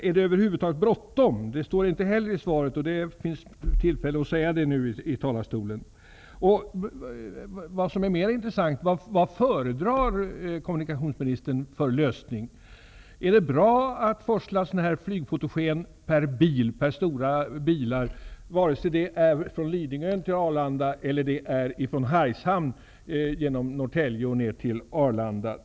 Är det över huvud taget bråttom? Det står inte heller i svaret. Det finns tillfälle att säga det nu i talarstolen. Mer intressant är vad kommunikationsministern föredrar för lösning. Är det bra att forsla flygfotogen med stora bilar, vare sig det är från Norrtälje ner till Arlanda?